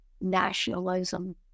nationalism